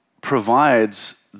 provides